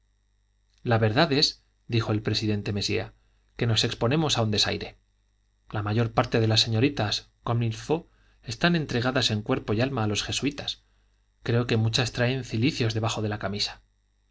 la verdad es dijo el presidente mesía que nos exponemos a un desaire la mayor parte de las señoritas comm'il faut están entregadas en cuerpo y alma a los jesuitas creo que muchas traen cilicios debajo de la camisa